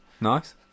nice